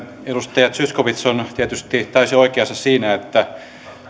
edustaja zyskowicz on tietysti täysin oikeassa siinä että